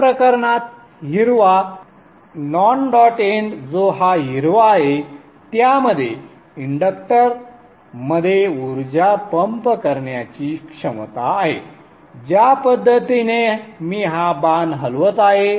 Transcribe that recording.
या प्रकरणात हिरवा नॉन डॉट एंड जो हा हिरवा आहे त्यामध्ये इंडक्टरमध्ये उर्जा पंप करण्याची क्षमता आहे ज्या पद्धतीने मी हा बाण हलवत आहे